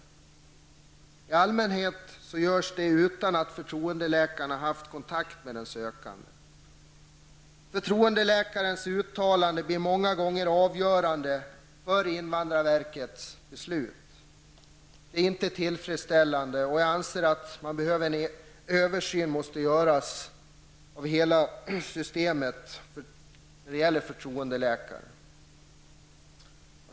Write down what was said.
I allmänhet görs det utan att förtroendeläkaren haft någon kontakt med de sökande. Förtroendeläkarens uttalande blir många gånger avgörande för invandrarverkets beslut. Detta är inte tillfredsställande, och jag anser att en översyn måste göras av förtroendeläkarinstitutet.